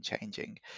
changing